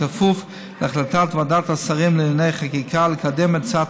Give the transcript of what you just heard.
בכפוף להחלטת ועדת השרים לענייני חקיקה לקדם את הצעת